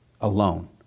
alone